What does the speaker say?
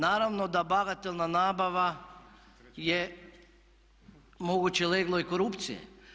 Naravno da bagatelna nabava je moguće leglo i korupcije.